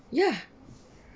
ya